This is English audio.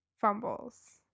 fumbles